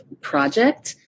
project